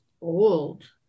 old